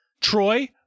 Troy